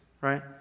right